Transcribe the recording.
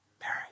Mary